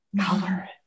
color